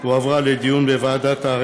הועברה לדיון בוועדה משותפת לוועדת העבודה,